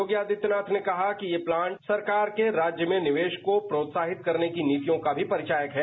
योगी आदित्यनाथ ने कहा कि यह प्लांट सरकार के राज्य में निवेश को प्रोत्साहित करने की नीतियों का भी परिचायक है